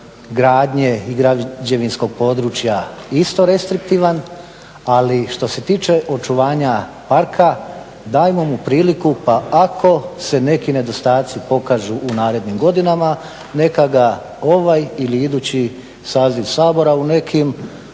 gradnje i građevinskog područja isto restriktivan ali što se tiče očuvanja parka dajmo mu priliku pa ako se neki nedostaci pokažu u narednim godinama neka ga ovaj ili idući saziv Sabora u nekim